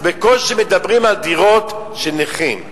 אז בקושי מדברים על דירות של נכים.